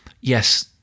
yes